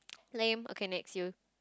lame okay next you